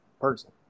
person